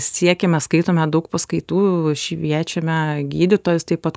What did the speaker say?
siekiame skaitome daug paskaitų šviečiame gydytojus taip pat